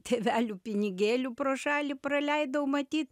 tėvelių pinigėlių pro šalį praleidau matyt